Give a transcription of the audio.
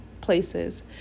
places